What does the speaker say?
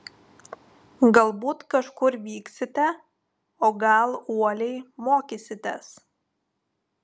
galbūt kažkur vyksite o gal uoliai mokysitės